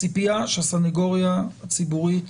הציפייה, שהסנגוריה הציבורית